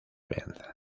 benz